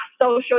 Social